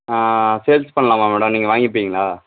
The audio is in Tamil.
சேல்ஸ் பண்ணலாமா மேடம் நீங்கள் வாங்கிப்பிங்களா